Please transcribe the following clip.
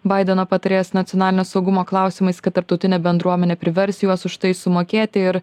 baideno patarėjas nacionalinio saugumo klausimais kad tarptautinė bendruomenė privers juos už tai sumokėti ir